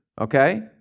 Okay